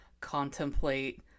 contemplate